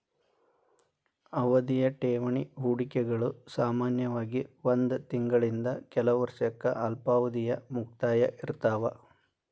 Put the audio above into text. ಅವಧಿಯ ಠೇವಣಿ ಹೂಡಿಕೆಗಳು ಸಾಮಾನ್ಯವಾಗಿ ಒಂದ್ ತಿಂಗಳಿಂದ ಕೆಲ ವರ್ಷಕ್ಕ ಅಲ್ಪಾವಧಿಯ ಮುಕ್ತಾಯ ಇರ್ತಾವ